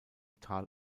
tal